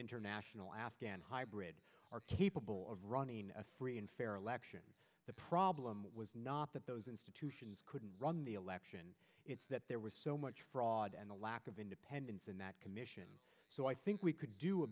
international afghan hybrid are capable of running a free and fair election the problem was not that those institutions couldn't run the election it's that there was so much fraud and a lack of independence in that commission so i think we could do a